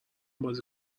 بازی